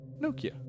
Nokia